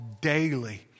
daily